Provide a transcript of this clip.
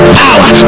power